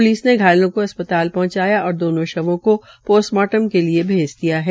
police ने घायलों को अस्पताल पहंचाया और दोनों शवों को पोस्टमार्टम के लिए भेज दिया है